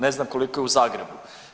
Ne znam koliko je u Zagrebu?